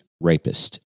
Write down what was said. rapist